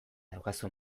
daukazu